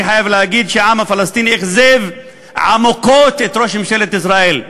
אני חייב להגיד שהעם הפלסטיני אכזב עמוקות את ראש ממשלת ישראל,